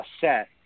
set